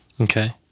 Okay